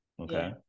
okay